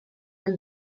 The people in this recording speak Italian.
del